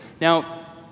Now